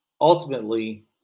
ultimately